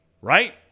Right